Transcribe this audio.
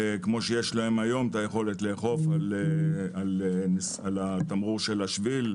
כפי שיש להם היום היכולת לאכוף על התמרור של השביל,